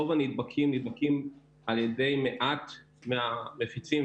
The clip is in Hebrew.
רוב הנדבקים נדבקים על ידי מעט מהמפיצים,